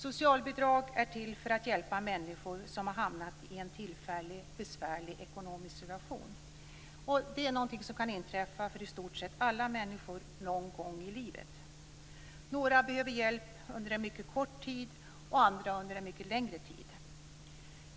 Socialbidrag är till för att hjälpa människor som har hamnat i en tillfällig besvärlig ekonomisk situation. Det är någonting som kan inträffa för i stort sett alla människor någon gång i livet. Några behöver hjälp under en mycket kort tid och andra under en mycket längre tid.